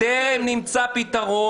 -- טרם נמצא פתרון,